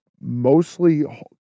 mostly